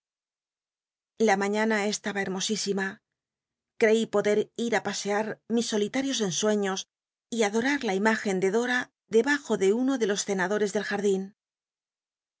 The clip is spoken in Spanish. jja mañana estaba hermosísima creí poder ir í pascar mis solitarios ensueños y adorar la imágen de dora deb o de uno de los cenadores del jardin